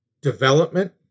development